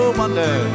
wonder